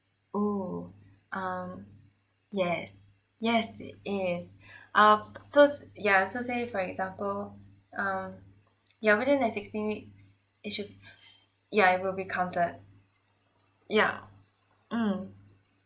oh um yes yes it is uh so yeah so say for example um ya within that sixteen weeks it should yeah it will be counted yeah mm